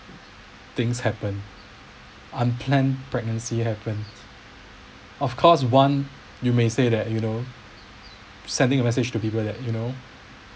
things happen unplanned pregnancy happened of course one you may say that you know sending a message to people that you know